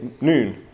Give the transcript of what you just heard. noon